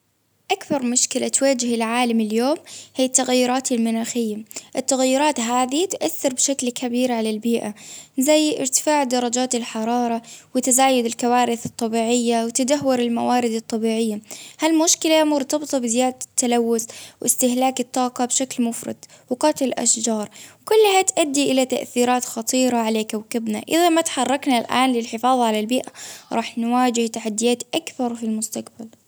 أكثر مشكلة تواجه العالم اليوم هي التغيرات المناخية، التغيرات هذي تؤثر بشكل كبير على البيئة، زي إرتفاع درجات الحرارة وتزايد الكوارث الطبيعية، وتدهور الموارد الطبيعية، هالمشكلة مرتبطة بزيادة تلوث وإستهلاك الطاقة بشكل مفرط. وقتل الأشجار، كلها تؤدي إلى تأثيرات خطيرة على كوكبنا، إذا ما تحركنا الآن للحفاظ على البيئة، راح نواجه تحديات أكثر في المستقبل.